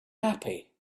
happy